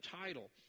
title